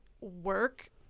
work